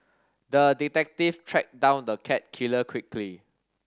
the detective tracked down the cat killer quickly